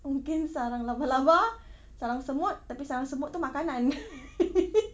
mungkin sarang labah-labah sarang semut tapi sarang semut tu makanan